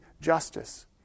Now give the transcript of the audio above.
justice